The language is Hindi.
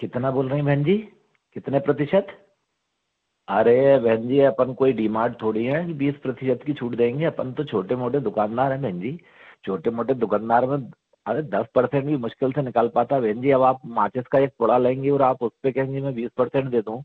कितना बोल रही बहन जी कितने प्रतिशत अरे बहन जी अपन कोई डिमाट थोड़ी है जो बीस प्रतिशत की छूट देंगे अपन तो छोटे मोटे दुकानदार है बहन जी छोटे मोटे दुकानदार में अरे दस परसेंट भी मुश्किल से निकल पाता बहन जी अब माचिस का एक पुडा लेंगे और आप उस पर कहेंगे बीस परसेंट दे दो